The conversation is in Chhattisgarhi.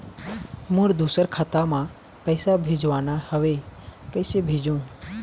मोर दुसर खाता मा पैसा भेजवाना हवे, कइसे भेजों?